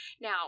Now